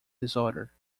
disorder